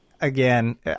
again